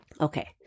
Okay